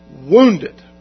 wounded